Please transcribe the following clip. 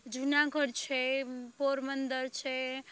જુનાગઢ છે પોરબંદર છે